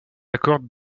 accords